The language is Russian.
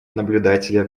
наблюдателя